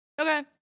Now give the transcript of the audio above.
Okay